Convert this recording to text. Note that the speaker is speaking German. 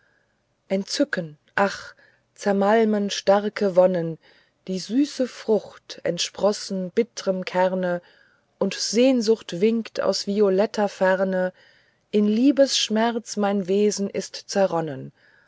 entzücken ach zermalmen starke wonnen die süße frucht entsprossen bittrem kerne und sehnsucht winkt aus violetter ferne in liebesschmerz mein wesen ist zerronnen